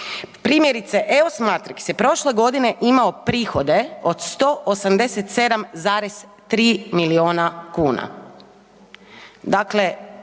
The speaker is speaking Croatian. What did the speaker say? primjerice EOS Matrix je prošle godine imao prihode od 187,3 miliona kuna.